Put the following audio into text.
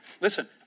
Listen